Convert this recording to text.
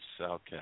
Okay